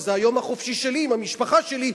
שזה היום החופשי שלי עם המשפחה שלי,